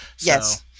Yes